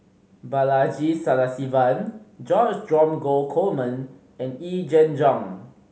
Balaji Sadasivan George Dromgold Coleman and Yee Jenn Jong